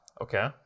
Okay